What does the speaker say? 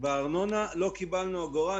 בארנונה לא קיבלנו אגורה.